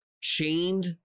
chained